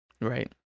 Right